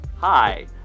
hi